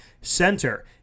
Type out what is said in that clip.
Center